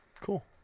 Cool